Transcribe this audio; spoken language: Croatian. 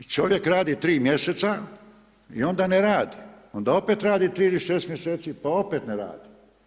I čovjek radi 3 mjeseca, i onda opet ne radi, i onda opet radi 3 ili 6 mjeseci pa opet ne radi.